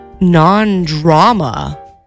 non-drama